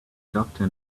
doctor